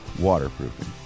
Waterproofing